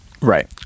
right